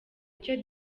icyo